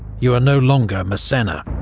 you are no longer massena?